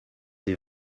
des